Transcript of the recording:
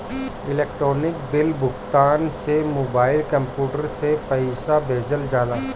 electronic bill भुगतान में mobile, computer से पईसा भेजल जाला